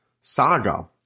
saga